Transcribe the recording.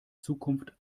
zukunft